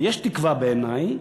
ויש תקווה, בעיני,